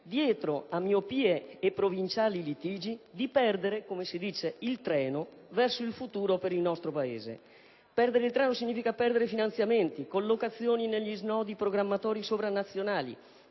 dietro a miopie e provinciali litigi, di perdere il treno, come si suol dire, verso il futuro del nostro Paese. Perdere il treno significa perdere finanziamenti, collocazioni negli snodi programmatori sovranazionali,